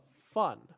fun